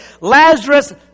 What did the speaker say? Lazarus